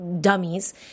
dummies